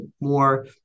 more